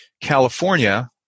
California